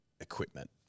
equipment